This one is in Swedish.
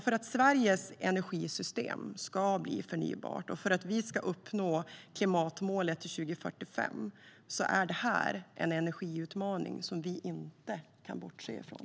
För att Sveriges energisystem ska bli förnybart och för att vi ska nå klimatmålet till 2045 är det här en energiutmaning som vi inte kan bortse från.